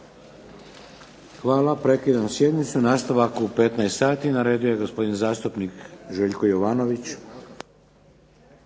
Hvala. Prekidam sjednicu. Nastavak u 15 sati. Na redu je gospodin zastupnik Željko Jovanović.